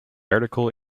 article